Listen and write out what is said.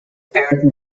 parents